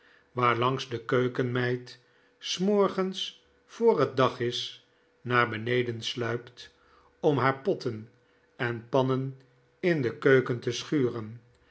waarlangs de keukenmeid s morgens voor het dag is naar beneden sluipt om haar potten en pannen in de keuken te schuren